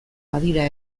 badira